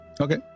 Okay